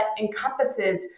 encompasses